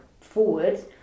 forward